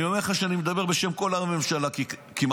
אני אומר לך שאני מדבר בשם כל הממשלה כמעט,